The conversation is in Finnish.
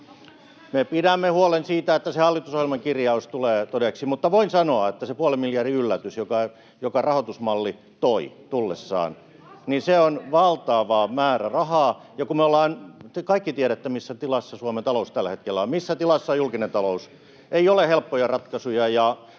Me pidämme huolen siitä, että se hallitusohjelman kirjaus tulee todeksi. Mutta voin sanoa, että se puolen miljardin yllätys, jonka rahoitusmalli toi tullessaan, on valtava määräraha. Ja kun me ollaan… Te kaikki tiedätte, missä tilassa Suomen talous tällä hetkellä on, missä tilassa on julkinen talous. Ei ole helppoja ratkaisuja,